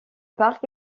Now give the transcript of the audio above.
parc